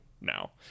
now